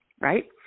right